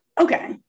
Okay